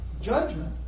judgment